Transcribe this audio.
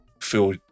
feel